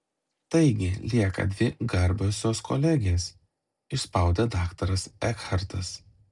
taigi lieka dvi garbiosios kolegės išspaudė daktaras ekhartas